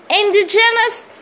Indigenous